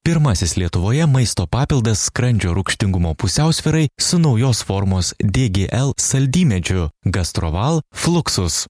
pirmasis lietuvoje maisto papildas skrandžio rūgštingumo pusiausvyrai su naujos formos dgl saldymedžiu gastroval fluksus